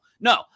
No